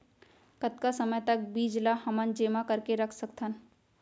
कतका समय तक बीज ला हमन जेमा करके रख सकथन?